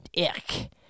ick